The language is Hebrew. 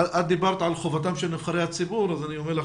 את דיברת על חובתם של נבחרי הציבור ואני אומר לך